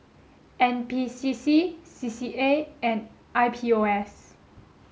N P C C C C A and I P O S